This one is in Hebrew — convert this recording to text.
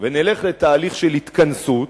ונלך לתהליך של התכנסות,